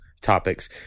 topics